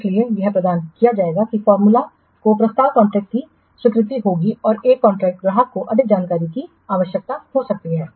इसलिए यह प्रदान किया जाएगा कि फार्मूला को प्रस्ताव कॉन्ट्रैक्ट की स्वीकृति होगी और एक कॉन्ट्रैक्ट ग्राहक को अधिक जानकारी की आवश्यकता हो सकती है